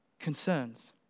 concerns